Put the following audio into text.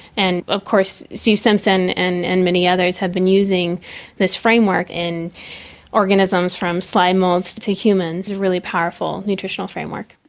and of course steve simpson and and many others have been using this framework in organisms from slime moulds to humans, really powerful nutritional framework.